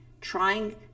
trying